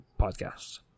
podcasts